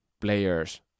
players